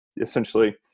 essentially